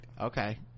okay